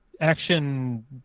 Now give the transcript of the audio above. action